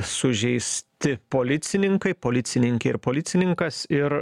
sužeisti policininkai policininkė ir policininkas ir